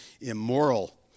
immoral